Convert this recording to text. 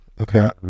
Okay